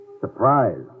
Surprise